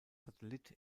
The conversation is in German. satellit